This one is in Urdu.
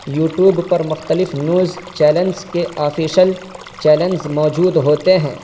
یوٹیوب پر مختلف نیوز چیلنز کے آفیشل چینلز موجود ہوتے ہیں